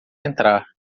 entrar